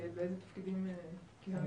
באילו תפקידים כיהנת?